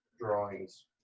drawings